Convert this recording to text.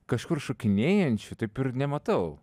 kažkur šokinėjančių taip ir nematau